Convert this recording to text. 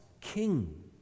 king